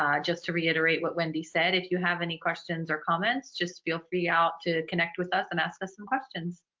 um just to reiterate what wendy said, if you have any questions or comments just feel free to connect with us and ask us some questions.